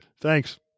Thanks